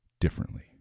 differently